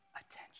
attention